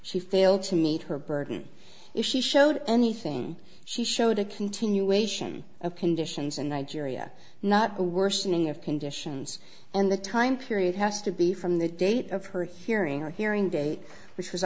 she failed to meet her burden if she showed anything she showed a continuation of conditions in nigeria not a worsening of conditions on the time period has to be from the date of her hearing her hearing date which was